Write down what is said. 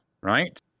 right